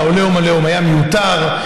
והעליהום עליהם היה מיותר.